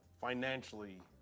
financially